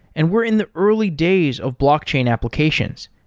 and we're in the early days of blockchain applications.